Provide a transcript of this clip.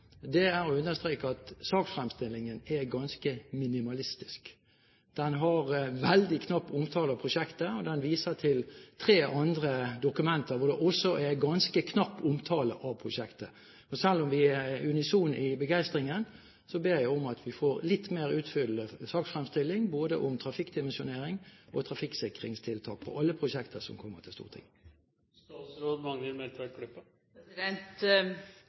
er å understreke at saksfremstillingen er ganske minimalistisk. Det er en veldig knapp omtale av prosjektet. Og det vises til tre andre dokumenter, hvor det også er ganske knapp omtale av prosjektet. Selv om vi er unisone i begeistringen, ber jeg om at vi får en litt mer utfyllende saksfremstilling, både om trafikkdimensjonering og om trafikksikringstiltak, av alle prosjekter som kommer til